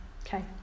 Okay